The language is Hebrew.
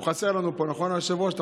הוא חסר לנו פה, נכון, היושב-ראש?